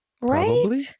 Right